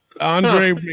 Andre